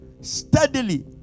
steadily